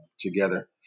together